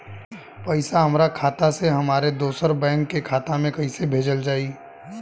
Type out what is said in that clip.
पैसा हमरा खाता से हमारे दोसर बैंक के खाता मे कैसे भेजल जायी?